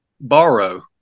borrow